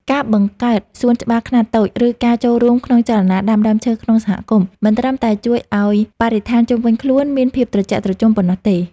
ការបង្កើតសួនច្បារខ្នាតតូច ឬការចូលរួមក្នុងចលនាដាំដើមឈើក្នុងសហគមន៍ មិនត្រឹមតែជួយឱ្យបរិស្ថានជុំវិញខ្លួនមានភាពត្រជាក់ត្រជុំប៉ុណ្ណោះទេ